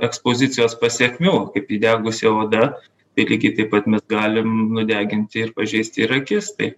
ekspozicijos pasekmių kaip įdegusi oda tai lygiai taip pat mes galim nudeginti ir pažeisti ir akis tai